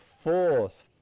force